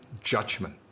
judgment